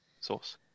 source